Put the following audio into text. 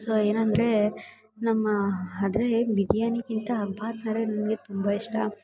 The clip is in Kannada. ಸೊ ಏನೆಂದ್ರೆ ನಮ್ಮ ಆದ್ರೆ ಬಿರಿಯಾನಿಗಿಂತ ಬಾತ್ ಅಂದರೆ ನನಗೆ ತುಂಬ ಇಷ್ಟ